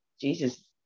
Jesus